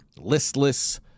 listless